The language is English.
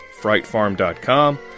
Frightfarm.com